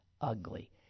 ugly